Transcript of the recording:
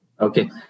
Okay